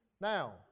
Now